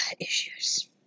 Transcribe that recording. Issues